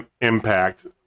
impact